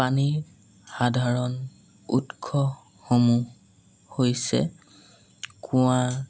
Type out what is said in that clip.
পানীৰ সাধাৰণ উৎসসমূহ হৈছে কুঁৱাৰ